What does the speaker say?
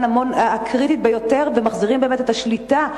הקריטית ביותר ומחזירים באמת את השליטה לנתקפת,